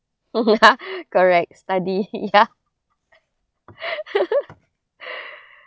correct study ya